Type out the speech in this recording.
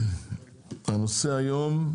הנושא היום הוא